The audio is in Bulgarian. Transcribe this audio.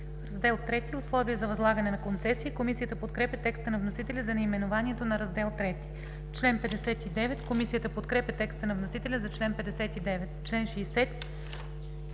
„Раздел ІІІ – Условия за възлагане на концесия“. Комисията подкрепя текста на вносителя за наименованието на Раздел ІІІ. Комисията подкрепя текста на вносителя за чл. 59.